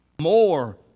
more